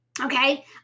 okay